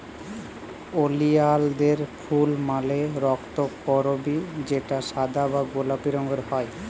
ওলিয়ালদের ফুল মালে রক্তকরবী যেটা সাদা বা গোলাপি রঙের হ্যয়